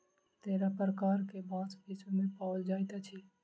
तेरह प्रकार के बांस विश्व मे पाओल जाइत अछि